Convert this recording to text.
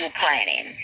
planning